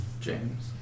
James